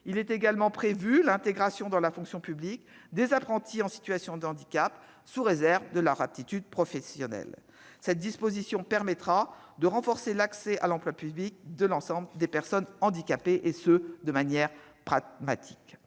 Est également prévue l'intégration dans la fonction publique des apprentis en situation de handicap, sous réserve de leur aptitude professionnelle. Cette disposition permettra de renforcer l'accès à l'emploi public des personnes handicapées, tout en s'inscrivant